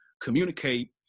communicate